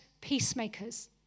peacemakers